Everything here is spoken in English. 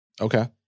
Okay